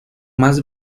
más